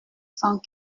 cent